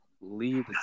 leave